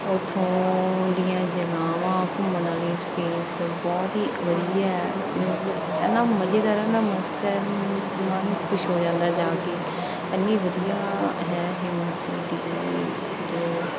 ਉੱਥੋਂ ਦੀਆਂ ਜਗ੍ਹਾਵਾਂ ਘੁੰਮਣ ਵਾਲੀਆਂ ਸਪੇਸ ਬਹੁਤ ਹੀ ਵਧੀਆ ਹੈ ਮੀਨਜ਼ ਇੰਨਾ ਮਜ਼ੇਦਾਰ ਆ ਨਾ ਮੋਸਟਨ ਮਨ ਖੁਸ਼ ਹੋ ਜਾਂਦਾ ਜਾ ਕੇ ਇੰਨੀ ਵਧੀਆ ਹੈ ਹਿਮਾਚਲ ਦੀ ਜੋ